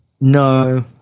No